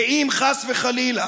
ואם חס וחלילה